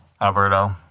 Alberto